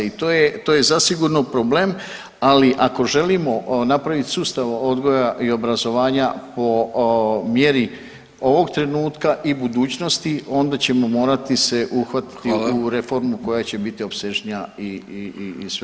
I to je zasigurno problem, ali ako želimo napraviti sustav odgoja i obrazovanja po mjeri ovog trenutka i budućnosti onda ćemo morati se uhvatiti u reformu koja će biti opsežnija [[Upadica Vidović: Hvala.]] i